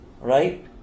right